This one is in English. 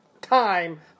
time